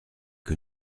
que